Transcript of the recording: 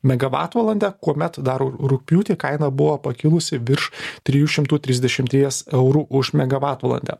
megavatvalandę kuomet dar rugpjūtį kaina buvo pakilusi virš trijų šimtų trisdešimties eurų už megavatvalandę